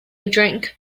drink